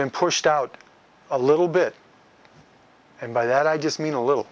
been pushed out a little bit and by that i just mean a little